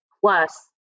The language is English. Plus